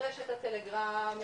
רשת הטלגרם,